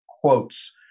quotes